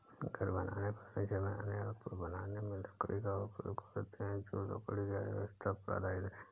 घर बनाने, फर्नीचर बनाने और पुल बनाने में लकड़ी का उपयोग करते हैं जो लकड़ी की अर्थव्यवस्था पर आधारित है